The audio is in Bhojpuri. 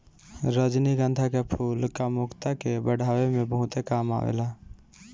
रजनीगंधा के फूल कामुकता के बढ़ावे में बहुते काम आवेला